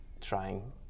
trying